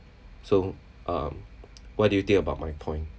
so um what do you think about my point